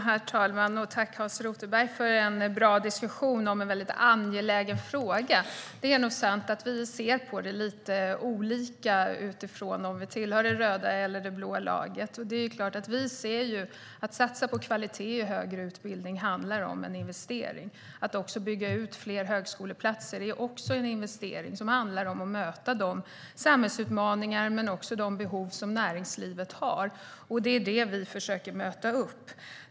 Herr talman! Jag tackar Hans Rothenberg för en bra diskussion om en väldigt angelägen fråga. Det är nog sant att vi ser på det lite olika utifrån om vi tillhör det röda eller det blå laget. Vi ser att det handlar om en investering i att satsa på kvalitet i den högre utbildningen. Att bygga ut fler högskoleplatser är också en investering. Det handlar om att möta samhällsutmaningar men också näringslivets behov. Det är detta vi försöker möta.